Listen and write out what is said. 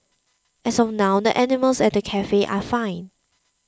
as of now the animals at the cafe are fine